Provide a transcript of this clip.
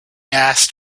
asked